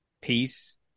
peace